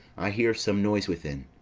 i hear some noise within.